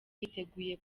yiteguye